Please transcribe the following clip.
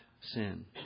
sin